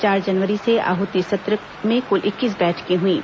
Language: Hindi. चार जनवरी से आहूत इस सत्र में कुल इक्कीस बैठकें हुईं